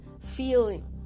Feeling